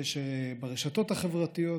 קשר ברשתות החברתיות,